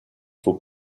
faut